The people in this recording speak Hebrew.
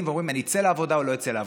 ואומרים: אני אצא לעבודה או לא אצא לעבודה?